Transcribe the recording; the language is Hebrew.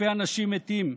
אלפי אנשים מתים.